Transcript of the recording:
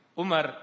Umar